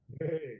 Hey